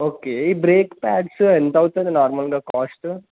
okay ఈ brake pads ఎంత అవుతుంది నార్మల్గా కాస్ట్